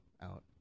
out